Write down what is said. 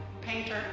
painter